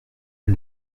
and